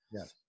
Yes